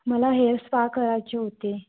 मला hair spa करायचे होते